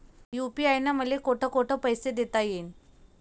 UPI न मले कोठ कोठ पैसे देता येईन?